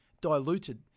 diluted